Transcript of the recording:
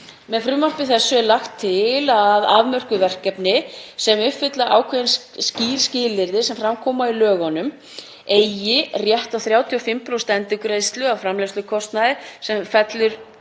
Með frumvarpi þessu er lagt til að afmörkuð verkefni sem uppfylla ákveðin skýr skilyrði, sem fram koma í lögunum, eigi rétt á 35% endurgreiðslu af framleiðslukostnaði sem fellur